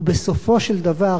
ובסופו של דבר,